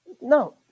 No